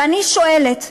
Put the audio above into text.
ואני שואלת: